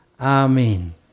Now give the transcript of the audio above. Amen